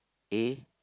A